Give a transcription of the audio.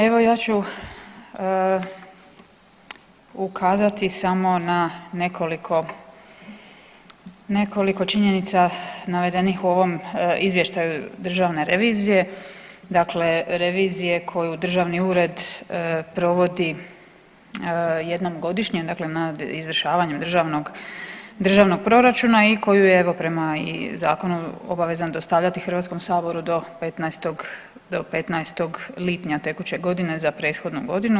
Evo ja ću ukazati samo na nekoliko činjenica navedenih u ovom Izvještaju Državne revizije, dakle revizije koju državni ured provodi jednom godišnjeg dakle nad izvršavanjem državnog proračuna i koju je evo i prema Zakonu obavezan dostavljati Hrvatskom saboru do 15. lipnja tekuće godine za prethodnu godinu.